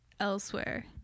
elsewhere